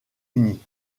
uni